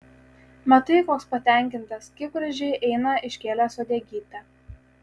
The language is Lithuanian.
matai koks patenkintas kaip gražiai eina iškėlęs uodegytę